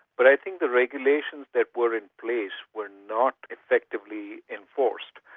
but i think the regulations that were in place were not effectively enforced.